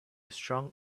strong